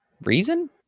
reason